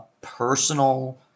personal